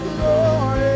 glory